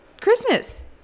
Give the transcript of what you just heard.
christmas